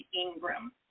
Ingram